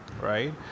right